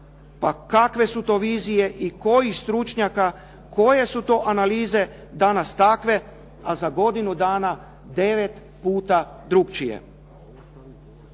Pa kakve su to vizije i kojih stručnjaka? Koje su to analize danas takve a za godinu dana devet puta drukčije?